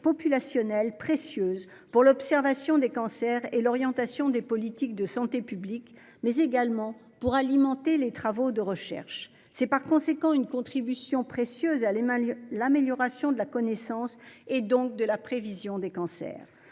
populationnelles précieuses pour l'observation des cancers et l'orientation des politiques de santé publique, mais également pour alimenter les travaux de recherche. Il s'agit, par conséquent, d'une contribution précieuse à l'amélioration de la connaissance et donc de la prévision des cancers.